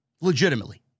Legitimately